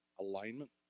alignment